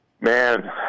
Man